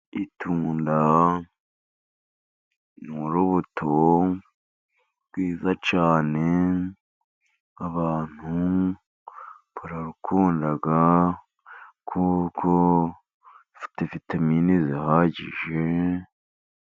Itunda ni urubuto rwiza cyane, abantu bararukunda, kuko rufite vitamine zihagije.